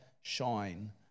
shine